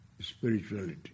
Spirituality